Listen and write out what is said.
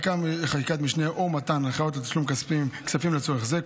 חקיקת משנה או מתן הנחיות לתשלום כספים לצורך זה,